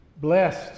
blessed